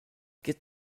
get